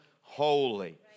holy